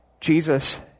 Jesus